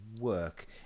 work